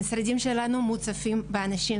המשרדים שלנו מוצפים באנשים,